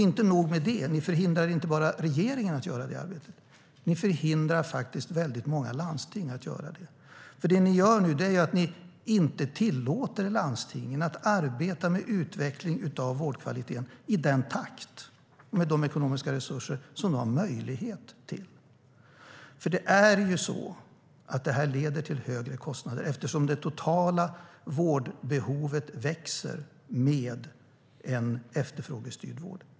Inte nog med det - ni förhindrar inte bara regeringens arbete med detta, utan ni hindrar även väldigt många landsting från att göra det. Det ni nu gör är att ni inte tillåter landstingen att arbeta med utveckling av vårdkvaliteten med de ekonomiska resurser som de har möjlighet till. Detta leder till högre kostnader, eftersom det totala vårdbehovet växer med en efterfrågestyrd vård.